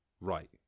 right